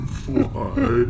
fly